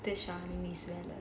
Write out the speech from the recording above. this charming make sweat lah